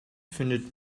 findet